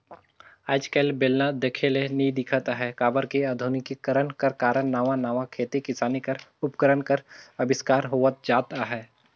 आएज काएल बेलना देखे ले नी दिखत अहे काबर कि अधुनिकीकरन कर कारन नावा नावा खेती किसानी कर उपकरन कर अबिस्कार होवत जात अहे